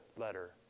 letter